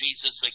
jesus